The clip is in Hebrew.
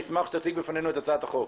נשמח שתציג בפנינו את הצעת החוק.